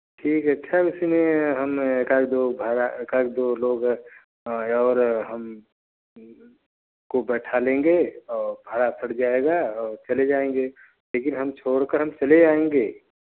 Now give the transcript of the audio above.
ठीक है अच्छा इसी में हम एक आधा दो भाड़ा एक आधा दो लोग है और हमको बैठा लेंगे और भाड़ा सट जाएगा और चले जाएँगे लेकिन हम छोड़ कर हम चले आएँगे